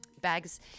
bags